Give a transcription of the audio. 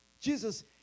Jesus